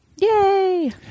yay